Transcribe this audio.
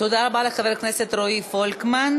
תודה רבה לחבר הכנסת רועי פולקמן.